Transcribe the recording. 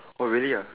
oh really ah